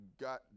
got